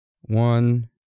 One